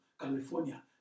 California